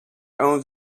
owns